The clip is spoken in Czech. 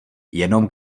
jenom